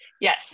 yes